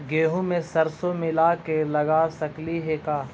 गेहूं मे सरसों मिला के लगा सकली हे का?